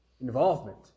Involvement